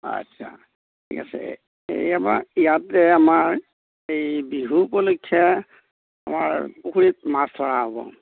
আচ্ছা ঠিক আছে এই আমাৰ ইয়াতে আমাৰ এই বিহু উপলক্ষে আমাৰ পুখুৰীত মাছ ধৰা হ'ব